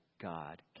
God